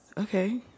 Okay